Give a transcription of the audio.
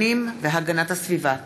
הפנים והגנת הסביבה.